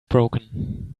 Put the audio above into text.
broken